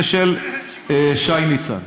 זה של שי ניצן.